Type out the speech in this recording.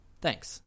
Thanks